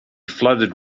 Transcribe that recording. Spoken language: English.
flooded